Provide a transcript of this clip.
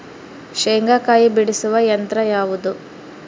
ಶೇಂಗಾಕಾಯಿ ಬಿಡಿಸುವ ಯಂತ್ರ ಯಾವುದು?